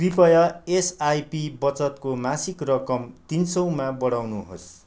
कृपया एसआइपी बचतको मासिक रकम तिन सौमा बढाउनुहोस्